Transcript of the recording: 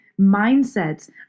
Mindsets